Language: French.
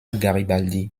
garibaldi